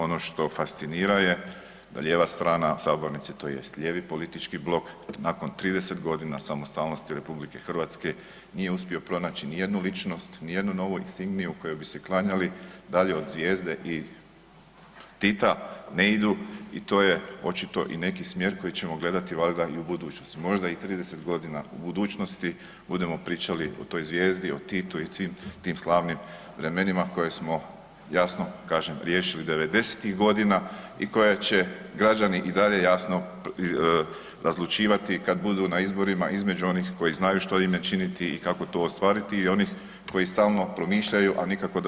Ono što fascinira je lijeva strana sabornice tj. lijevi politički blok nakon 30.g. samostalnosti RH nije uspio pronaći nijednu ličnost, nijednu novu insigniju kojoj bi se klanjali dalje od zvijezde i Tita, ne idu i to je očito i neki smjer koji ćemo gledati valjda i u budućnosti, možda i 30.g. u budućnosti budemo pričali o toj zvijezdi, o Titu i tim, tim slavnim vremenima koje smo jasno kažem riješili '90.-tih godina i koje će građani i dalje jasno razlučivati kad budu na izborima između onih koji znaju što im je činiti i kako to ostvariti i onih koji stalno promišljaju, a nikako da